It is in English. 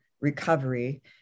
recovery